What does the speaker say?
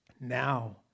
now